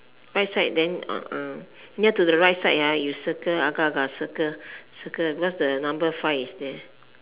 right side then uh near to the right side ah you circle agak agak circle circle because the number five is there